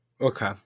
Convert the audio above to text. Okay